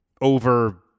over